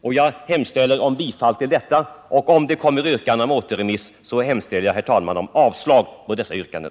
Jag yrkar bifall till utskottets hemställan i detta betänkande. Om det framförs yrkanden om återremiss, så hemställer jag, her talman, om avslag på dessa yrkanden.